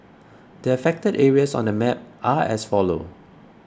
the affected areas on the map are as follow